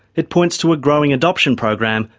it points to a growing adoption program,